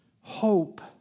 hope